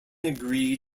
agree